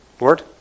Lord